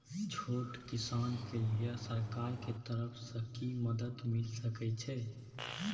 छोट किसान के लिए सरकार के तरफ कि मदद मिल सके छै?